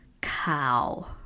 cow